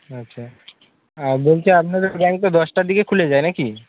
আচ্ছা আর বলছি আপনাদের ব্যাংক তো দশটার দিকে খুলে যায় না কি